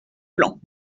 plan